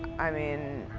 i mean,